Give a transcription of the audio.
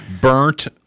burnt